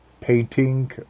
painting